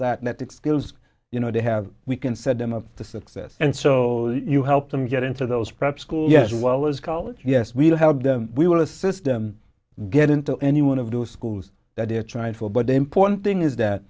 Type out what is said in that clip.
netted skills you know they have we can set them up for success and so you help them get into those prep school years well as college yes we'll have them we will assist them get into any one of those schools that they're trying for but the important thing is that